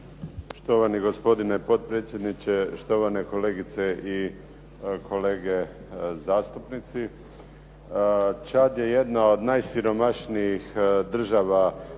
Štovani gospodine potpredsjedniče, štovane kolegice i kolege zastupnici. Čad je jedna od najsiromašnijih država